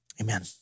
Amen